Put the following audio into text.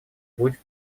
будет